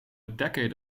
decade